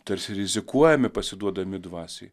tarsi rizikuojame pasiduodami dvasiai